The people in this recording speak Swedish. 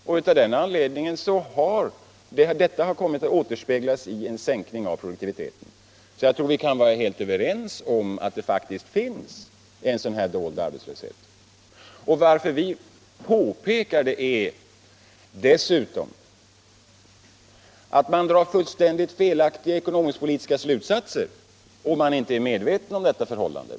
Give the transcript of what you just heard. Detta har kommit att återspeglas i en sänkning av produktiviteten. Jag tror vi kan vara helt överens om att det faktiskt finns en dold arbetslöshet. Anledningen till att vi påpekar det är dessutom att man drar fullständigt felaktiga ekonomisk-politiska slutsatser om man inte är medveten om detta förhållande.